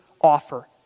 offer